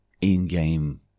in-game